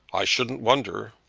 i shouldn't wonder.